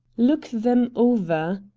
look them over,